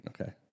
Okay